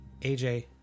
AJ